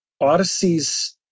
Odyssey's